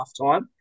halftime